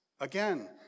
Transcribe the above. Again